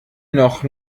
noch